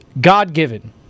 God-given